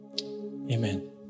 Amen